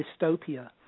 Dystopia